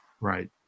right